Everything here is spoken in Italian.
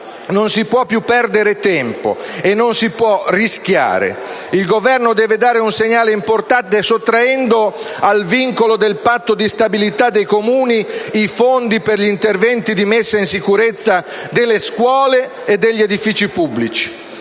non si può più perdere tempo e non si può rischiare. Il Governo deve dare un segnale importante sottraendo al vincolo del Patto di stabilità dei Comuni i fondi per gli interventi di messa in sicurezza delle scuole e degli edifici pubblici.